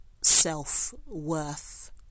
self-worth